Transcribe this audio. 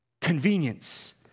Convenience